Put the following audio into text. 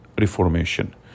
reformation